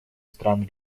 стран